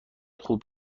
خوب